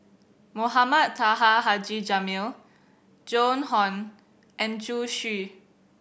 Mohamed Taha Haji Jamil Joan Hon and Zhu Xu